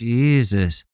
Jesus